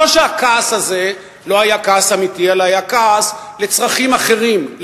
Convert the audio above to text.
אז או שהכעס הזה לא היה כעס אמיתי אלא היה כעס לצרכים אחרים,